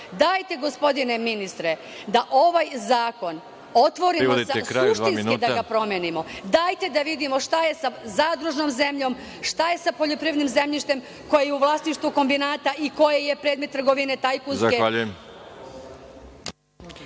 u EU.Gospodine ministre, dajte da ovaj zakon otvorimo, suštinski da ga promenimo, dajte da vidimo šta je sa zadružnom zemljom, šta je sa poljoprivrednim zemljištem koji je u vlasništvu kombinata i koji je predmet tajkunske